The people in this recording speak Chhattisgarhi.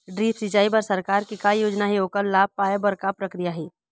ड्रिप सिचाई बर सरकार के का योजना हे ओकर लाभ पाय बर का प्रक्रिया हे?